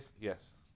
Yes